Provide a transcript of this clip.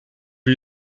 van